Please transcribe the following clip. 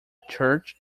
church